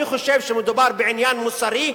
אני חושב שמדובר בעניין מוסרי,